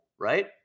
right